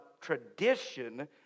tradition